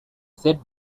set